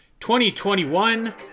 2021